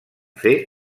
fer